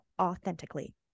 authentically